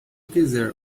quiser